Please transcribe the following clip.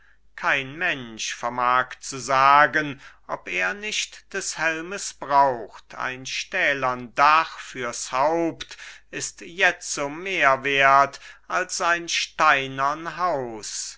kein mensch vermag zu sagen ob er nicht des helmes braucht ein stählern dach fürs haupt ist jetzo mehr wert als ein steinern haus